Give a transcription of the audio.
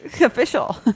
official